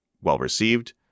well-received